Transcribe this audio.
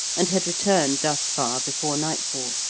and had returned thus far before nightfall.